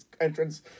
entrance